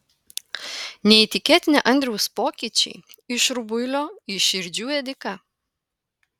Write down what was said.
neįtikėtini andriaus pokyčiai iš rubuilio į širdžių ėdiką